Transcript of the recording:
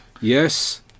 Yes